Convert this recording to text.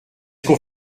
qu’on